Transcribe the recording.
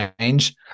change